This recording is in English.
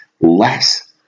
less